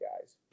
guys